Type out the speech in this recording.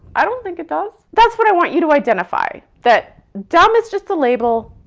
i don't think it does. that's what i want you to identify, that dumb is just a label,